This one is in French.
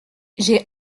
j’ai